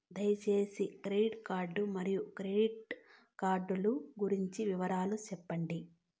దయసేసి credit card మరియు credit card లు గురించి వివరాలు సెప్పండి?